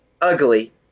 Ugly